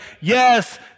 yes